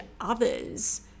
others